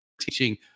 teaching